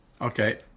Okay